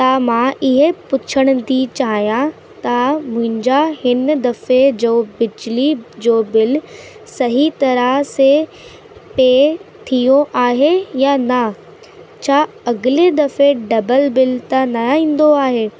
त मां इहो पुछणु थी चाहियां त मुंहिंजा हिन दफ़ा जो बिजली जो बिल सही तरह से पे थियो आहे या न छा अॻिले दफ़े डबल बिल त न ईंदो आहे